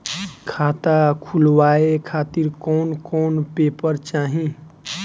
खाता खुलवाए खातिर कौन कौन पेपर चाहीं?